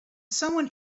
someone